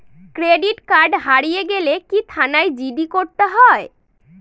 Credit card হারিয়ে গেলে কি থানায় জি.ডি করতে হয়?